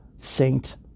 saint